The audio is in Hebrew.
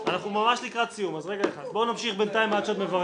אנחנו ממש לקראת סיום אז בואו נמשיך עד שנברר.